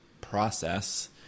process